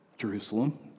Jerusalem